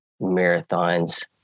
marathons